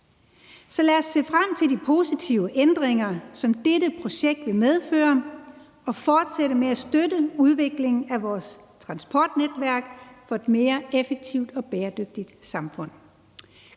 Så lad os se frem til de positive ændringer, som dette projekt vil medføre, og fortsætte med at støtte udviklingen af vores transportnetværk mod et mere effektivt og bæredygtigt samfund.